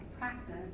practice